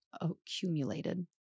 accumulated